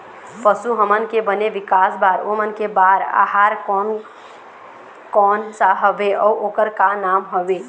पशु हमन के बने विकास बार ओमन के बार आहार कोन कौन सा हवे अऊ ओकर का नाम हवे?